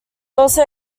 also